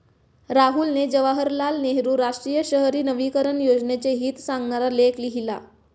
राहुलने जवाहरलाल नेहरू राष्ट्रीय शहरी नवीकरण योजनेचे हित सांगणारा लेख लिहिला